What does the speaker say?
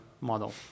model